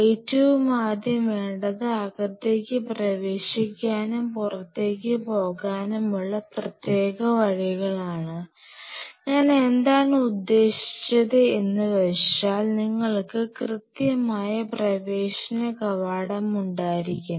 ഏറ്റവും ആദ്യം വേണ്ടത് അകത്തേക്ക് പ്രവേശിക്കാനും പുറത്തേക്ക് പോകാനുമുള്ള പ്രത്യേക വഴികളാണ് ഞാൻ എന്താണ് ഉദ്ദേശിച്ചത് എന്ന് വെച്ചാൽ നിങ്ങൾക്ക് കൃത്യമായ പ്രവേശന കവാടം ഉണ്ടായിരിക്കണം